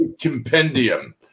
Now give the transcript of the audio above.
compendium